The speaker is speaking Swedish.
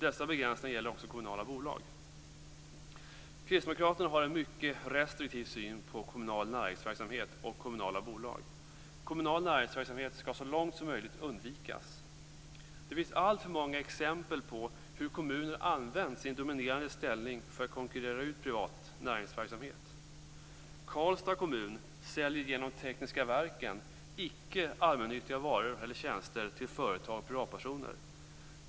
Dessa begränsningar gäller också kommunala bolag. Kristdemokraterna har en mycket restriktiv syn på kommunal näringsverksamhet och kommunala bolag. Kommunal näringsverksamhet skall så långt som möjligt undvikas. Det finns alltför många exempel på hur kommuner använt sin dominerande ställning för att konkurrera ut privat näringsverksamhet. Karlstad kommun säljer genom Tekniska Verken icke allmännyttiga varor eller tjänster till företag och privatpersoner.